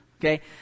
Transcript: Okay